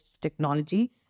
technology